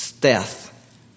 death